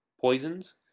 Poisons